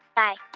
bye